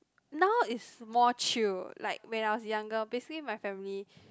now is more chew like when I was younger basically my family